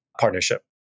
partnership